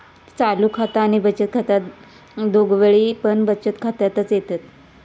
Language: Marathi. चालू खाता आणि बचत खाता दोघवले पण बचत खात्यातच येतत